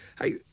Hey